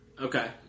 Okay